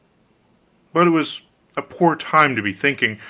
but it was a poor time to be thinking.